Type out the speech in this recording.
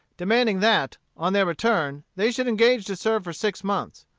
demanding that, on their return, they should engage to serve for six months.